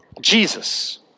Jesus